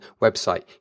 website